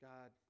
God